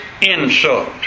insult